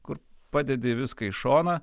kur padedi viską į šoną